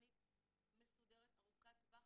תכנית מסודרת, ארוכת טווח,